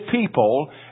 people